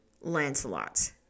Lancelot